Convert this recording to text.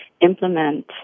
implement